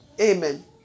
Amen